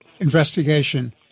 investigation